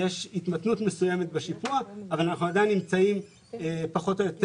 יש התמתנות מסוימת בשיפוע אבל אנחנו עדיין נמצאים פחות או יותר